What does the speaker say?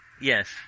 Yes